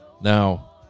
Now